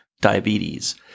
diabetes